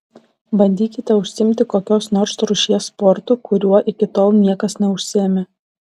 bandykite užsiimti kokios nors rūšies sportu kuriuo iki tol niekas neužsiėmė